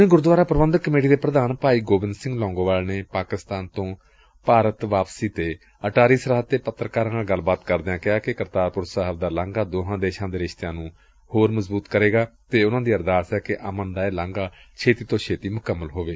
ਸ਼ੋਮਣੀ ਗੁਰਦੁਆਰਾ ਪ੍ਰਬੰਧਕ ਕਮੇਟੀ ਦੇ ਪ੍ਰਧਾਨ ਭਾਈ ਗੋਬਿੰਦ ਸਿੰਘ ਲੌਂਗੋਵਾਲ ਨੇ ਪਾਕਿਸਤਾਨ ਤੋਂ ਭਾਰਤ ਵਾਪਸੀ ਤੇ ਅਟਾਰੀ ਸਰਹੱਦ ਵਿਖੇ ਪੱਤਰਕਾਰਾਂ ਨਾਲ ਗੱਲਬਾਤ ਕਰਦਿਆਂ ਕਿਹਾ ਕਿ ਕਰਤਾਰਪੁਰ ਸਾਹਿਬ ਦਾ ਲਾਂਘਾ ਦੋਹਾਂ ਦੇਸ਼ਾਂ ਦੇ ਰਿਸ਼ਤਿਆਂ ਨੂੰ ਮਜ਼ਬੂਤ ਕਰੇਗਾ ਅਤੇ ਉਨੂਾਂ ਦੀ ਅਰਦਾਸ ਏ ਕਿ ਅਮਨ ਦਾ ਇਹ ਲਾਂਘਾ ਛੇਤੀ ਤੋਂ ਛੇਤੀ ਮੁਕੰਮਲ ਹੋਵੇ